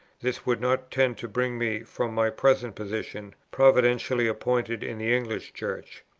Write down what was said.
this would not tend to bring me from my present position, providentially appointed in the english church.